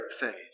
faith